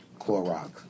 Clorox